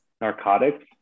narcotics